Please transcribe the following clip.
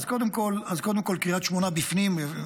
אז קודם כול, קריית שמונה בפנים.